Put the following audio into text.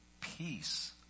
peace